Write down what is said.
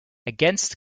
against